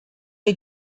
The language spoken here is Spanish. hay